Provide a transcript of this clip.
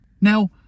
Now